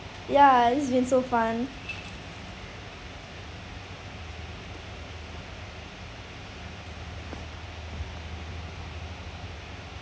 ya it's been so fun